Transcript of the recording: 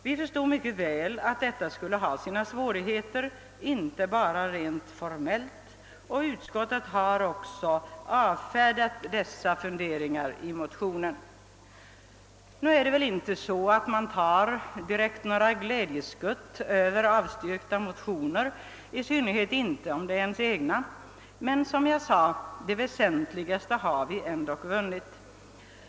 Vi förstod mycket väl att detta skulle ha sina svårigheter inte bara rent formellt, och utskottet har också avfärdat dessa funderingar i motionen. Nu är det väl inte så, att man tar några glädjeskutt över avstyrkta motioner, i synnerhet inte om de är ens egna — men, som jag sade, det väsentligaste har vi ändock vunnit.